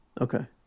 Okay